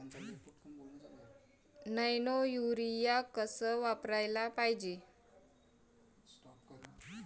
Nano urea कस वापराले पायजे?